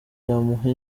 yamuha